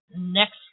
next